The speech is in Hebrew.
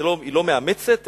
היא לא מאמצת,